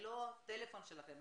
ללא טלפון שלכם?